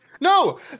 No